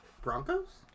Broncos